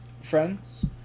friends